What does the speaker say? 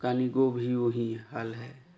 कानिगो भी वही हाल है